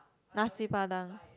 nasi-padang